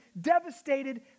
devastated